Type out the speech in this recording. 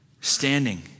standing